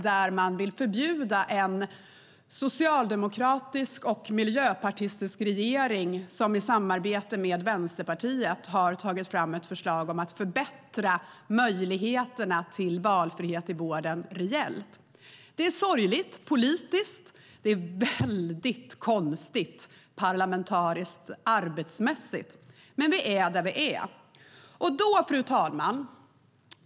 De vill förbjuda ett förslag som en socialdemokratisk och miljöpartistisk regering har tagit fram i samarbete med Vänsterpartiet om att reellt förbättra möjligheterna till valfrihet i vården. Det är sorgligt politiskt, och det är väldigt konstigt parlamentariskt arbetsmässigt. Men vi är där vi är. Fru talman!